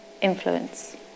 influence